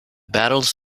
battles